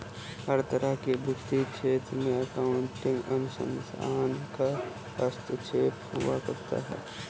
हर तरह के वित्तीय क्षेत्र में अकाउन्टिंग अनुसंधान का हस्तक्षेप हुआ करता है